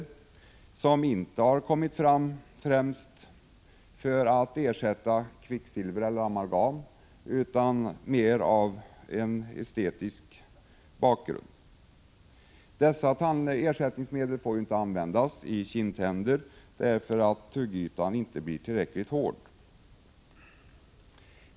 Det har inte tagits fram främst för att ersätta kvicksilver eller amalgam utan mer av estetiska skäl. Dessa ersättningsmedel får inte användas i kindtänder, eftersom tuggytan inte blir tillräckligt hård.